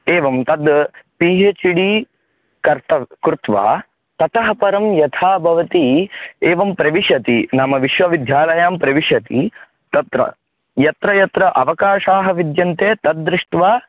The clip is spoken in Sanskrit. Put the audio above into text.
एवं तद् पि हेच् डि कृत्वा ततः परं यथा भवति एवं प्रविषति नाम विश्वविद्यालयां प्रविशति तत्र यत्र यत्र अवकाशाः विद्यन्ते तद् दृष्टा